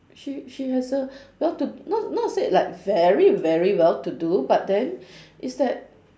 she she has a well to not not said like very very well to do but then it's that